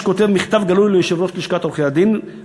שכותב מכתב גלוי ליושב-ראש לשכת עורכי-הדין: